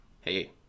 Hey